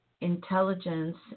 intelligence